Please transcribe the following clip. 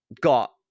got